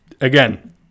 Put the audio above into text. again